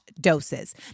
doses